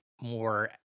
more